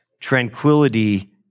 tranquility